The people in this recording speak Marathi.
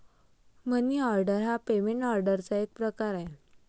मनी ऑर्डर हा पेमेंट ऑर्डरचा एक प्रकार आहे